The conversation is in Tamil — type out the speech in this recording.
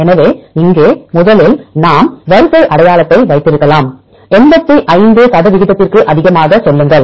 எனவே இங்கே முதலில் நாம் வரிசை அடையாளத்தை வைத்திருக்கலாம் 85 சதவிகிதத்திற்கும் அதிகமாக சொல்லுங்கள்